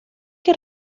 que